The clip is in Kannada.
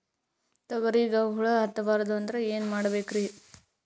ತೊಗರಿಗ ಹುಳ ಹತ್ತಬಾರದು ಅಂದ್ರ ಏನ್ ಮಾಡಬೇಕ್ರಿ?